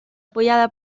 apoyada